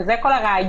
וזה כל הרעיון.